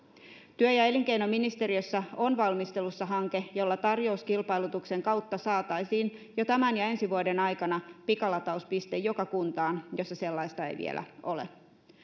työ ja elinkeinoministeriössä on valmistelussa hanke jolla tarjouskilpailutuksen kautta saataisiin jo tämän ja ensi vuoden aikana pikalatauspiste joka kuntaan jossa sellaista ei vielä ole